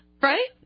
Right